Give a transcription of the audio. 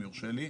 אם יורשה לי.